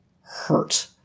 hurt